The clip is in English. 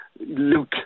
look